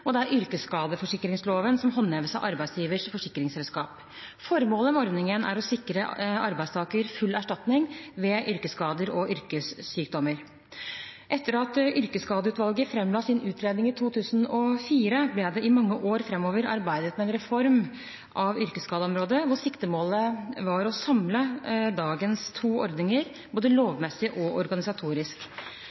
og velferdsetaten, og det er yrkesskadeforsikringsloven som håndheves av arbeidsgivers forsikringsselskap. Formålet med ordningen er å sikre arbeidstaker full erstatning ved yrkesskader og yrkessykdommer. Etter at Yrkesskadeutvalget framla sin utredning i 2004 ble det i mange år framover arbeidet med en reform av yrkesskadeområdet, hvor siktemålet var å samle dagens to ordninger både lovmessig og organisatorisk.